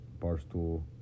Barstool